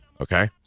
Okay